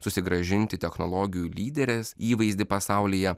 susigrąžinti technologijų lyderės įvaizdį pasaulyje